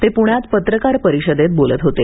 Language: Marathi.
ते प्ण्यात पत्रकार परिषदेत बोलत होते